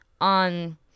On